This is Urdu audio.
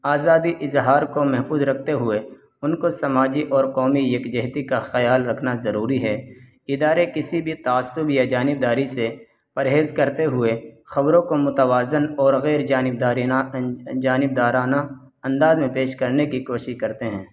آزادی اظہار کو محفوظ رکھتے ہوئے ان کو سماجی اور کومی یکجہتی کا خیال رکھنا ضروری ہے ادارے کسی بھی تعصب یا جانبداری سے پرہیز کرتے ہوئے خبروں کو متوازن اور غیرجانبدارانہ جانبدارانہ انداز میں پیش کرنے کی کوشی کرتے ہیں